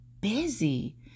busy